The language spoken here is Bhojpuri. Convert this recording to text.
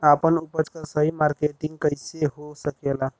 आपन उपज क सही मार्केटिंग कइसे हो सकेला?